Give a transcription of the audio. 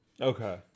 Okay